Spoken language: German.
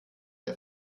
der